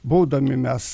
būdami mes